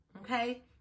Okay